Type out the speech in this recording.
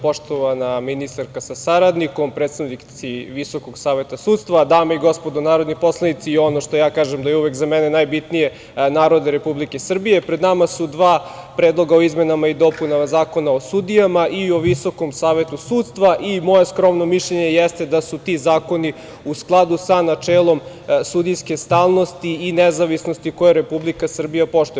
Poštovana ministarka sa saradnikom, predstavnici Visokog saveta sudstva, dame i gospodo narodni poslanici, i ono što ja kažem da je uvek za mene najbitnije - narode Republike Srbije, pred nama su dva predloga o izmenama i dopunama Zakona o sudijama i o Visokom savetu sudstva i moje skromno mišljenje jeste da su ti zakoni u skladu sa načelom sudijske stalnosti i nezavisnosti koje Republika Srbija poštuje.